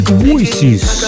voices